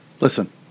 Listen